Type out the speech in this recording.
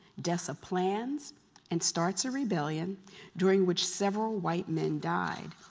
dessa plans and starts a rebellion during which several white men died.